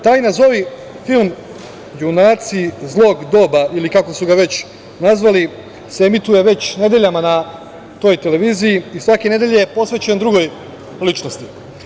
Taj, nazovi film, "Junaci zlog doba" ili kako su ga već nazvali se emituje već nedeljama na toj televiziji i svake nedelje je posvećen drugoj ličnosti.